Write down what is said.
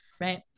right